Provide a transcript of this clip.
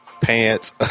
pants